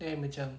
then I macam